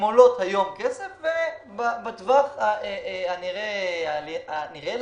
הן עולות היום כסף ובטווח הנראה לעין,